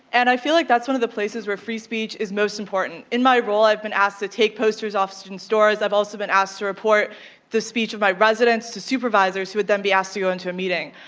and i feel like that's one of the places where free speech is most important. in my role, i've been asked to take posters off students' doors. i've also been asked to report the speech of my residents to supervisors who would then be asked to go into a meeting.